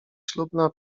ślubna